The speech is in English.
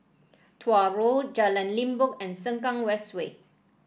Tuah Road Jalan Limbok and Sengkang West Way